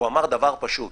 והוא אמר דבר פשוט: